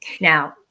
Now